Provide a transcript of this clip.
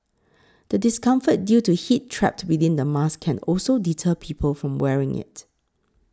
the discomfort due to heat trapped within the mask can also deter people from wearing it